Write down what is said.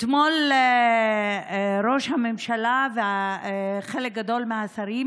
אתמול ראש הממשלה וחלק גדול מהשרים